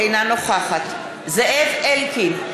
אינה נוכחת זאב אלקין,